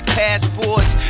passports